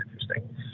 interesting